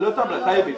לא תמרה, טייבה.